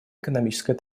экономической